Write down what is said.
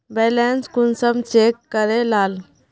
Balance कुंसम check करे लाल?